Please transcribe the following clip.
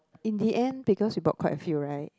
in the end because we bought quite a few right